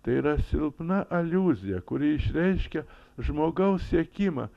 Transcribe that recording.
tai yra silpna aliuzija kuri išreiškia žmogaus siekimą